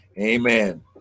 Amen